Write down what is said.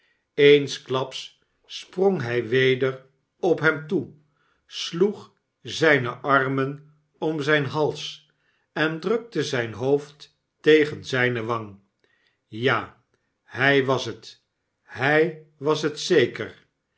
eensklaps sprong hij weder op hem toe sloeg zijne armen om zijn hals en drukte zijn hoofd tegen zijne wang ja hij was het hij was het zeker